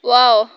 wow